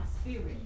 spirit